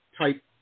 type